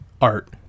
art